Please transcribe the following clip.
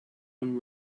and